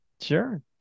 Sure